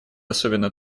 особенно